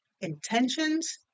intentions